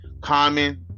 Common